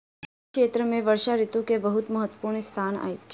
कृषि क्षेत्र में वर्षा ऋतू के बहुत महत्वपूर्ण स्थान अछि